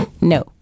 No